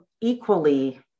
equally